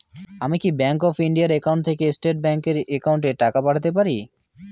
আমি কি bank of India এর একাউন্ট থেকে স্টেট ব্যাংক এর একাউন্টে টাকা পাঠাতে পারি?